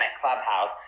Clubhouse